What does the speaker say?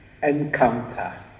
Encounter